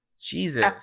Jesus